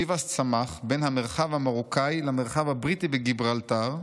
ביבאס צמח בין המרחב המרוקאי למרחב הבריטי בגיברלטר,